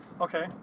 Okay